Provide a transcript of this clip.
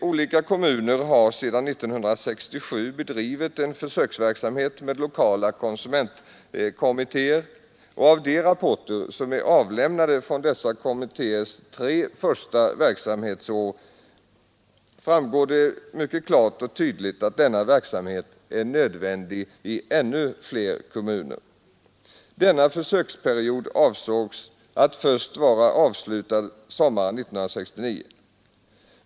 Olika kommuner har sedan 1967 bedrivit en försöksverksamhet med lokala konsumentkommittéer. Av de rapporter som är avlämnade från dessa kommittéers tre första verksamhetsår framgår klart och tydligt att denna verksamhet är nödvändig i ännu fler kommuner. Försöksperioden avsågs först vara avslutad sommaren 1969.